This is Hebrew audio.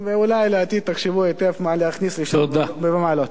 ואולי לעתיד תחשבו היטב מה להכניס לשם ומה לא.